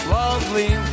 lovely